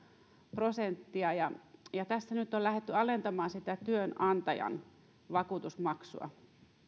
prosenttia ja ja tässä nyt on lähdetty alentamaan sitä työnantajan vakuutusmaksua